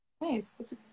Nice